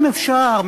אם אפשר,